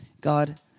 God